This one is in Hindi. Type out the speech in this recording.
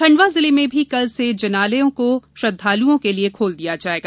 खंडवा जिले में भी कल से जिनालयों को कल से श्रद्धालुओं के लिये खोल दिया जाएगा